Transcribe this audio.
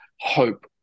hope